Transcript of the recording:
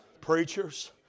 Preachers